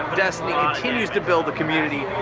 destiny, continues to build a community.